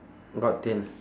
got tail